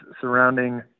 surrounding